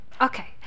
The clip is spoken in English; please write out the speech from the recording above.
Okay